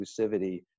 exclusivity